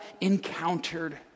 encountered